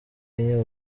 kenya